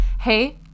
Hey